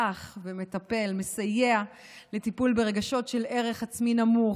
אח המטפל ומסייע לטיפול ברגשות של ערך עצמי נמוך,